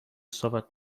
صحبت